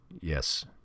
Yes